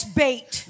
bait